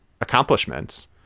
accomplishments